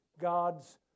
God's